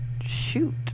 shoot